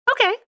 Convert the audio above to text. okay